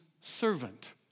servant